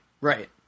Right